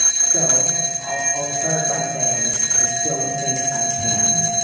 so i'll i'll start by saying i don't think i can.